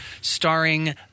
starring –